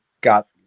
got